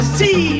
see